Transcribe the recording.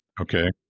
Okay